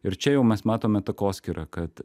ir čia jau mes matome takoskyrą kad